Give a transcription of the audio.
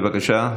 בבקשה,